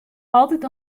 altyd